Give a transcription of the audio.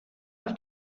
auf